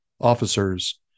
officers